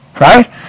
right